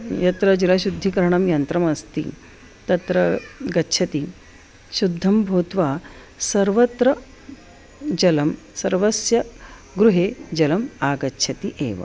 यत्र जलशुद्धीकरणं यन्त्रमस्ति तत्र गच्छति शुद्धं भूत्वा सर्वत्र जलं सर्वस्य गृहे जलम् आगच्छति एव